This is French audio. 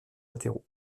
latéraux